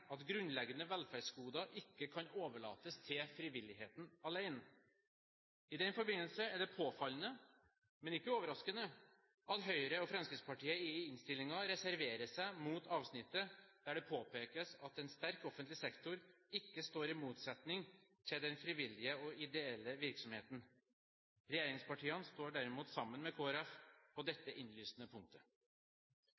at grunnleggende velferdsgoder ikke kan overlates til frivilligheten alene. I den forbindelse er det påfallende, men ikke overraskende, at Høyre og Fremskrittspartiet i innstillingen reserverer seg mot avsnittet der det påpekes at en sterk offentlig sektor ikke står i motsetning til den frivillige og ideelle virksomheten. Regjeringspartiene står derimot sammen med Kristelig Folkeparti på